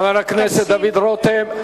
חבר הכנסת דוד רותם,